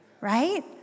right